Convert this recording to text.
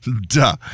Duh